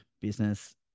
business